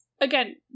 again